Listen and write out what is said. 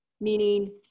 meaning